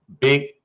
Big